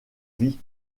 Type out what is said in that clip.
vie